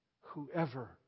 Whoever